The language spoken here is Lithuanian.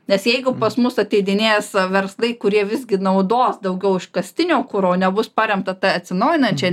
nes jeigu pas mus ateidinės verslai kurie visgi naudos daugiau iškastinio kuro nebus paremta ta atsinaujinančia